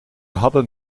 hadden